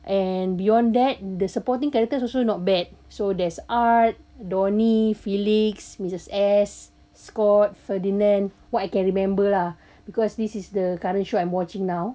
and beyond that the supporting characters also not bad so there's art donnie felix missus S scott ferdinand what I can remember lah because this is the current show I'm watching now